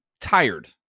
tired